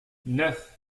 neuf